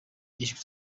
ijwi